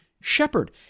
shepherd